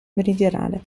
meridionale